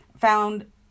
found